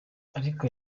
ariko